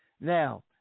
Now